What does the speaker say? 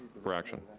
for action.